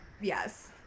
Yes